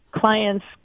clients